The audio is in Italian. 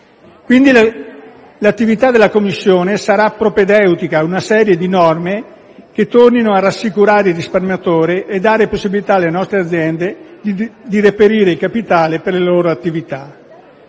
L'attività della Commissione sarà quindi propedeutica a una serie di norme che tornino a rassicurare i risparmiatori e a dare possibilità alle nostre aziende di reperire il capitale per la loro attività.